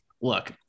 look